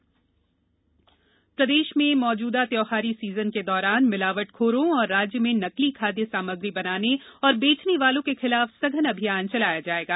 मिलावट अभियान प्रदेश में मौजूदा त्यौहारी सीजन के दौरान मिलावटखोरों और राज्य में नकली खाद्य सामग्री बनाने और बेचने वालों के खिलाफ सघन अभियान चलाया जाएगा